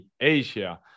Asia